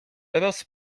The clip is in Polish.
roz